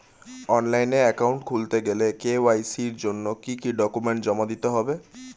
Online account খুলতে গেলে KYC জন্য কি কি ডকুমেন্ট জমা দিতে হবে?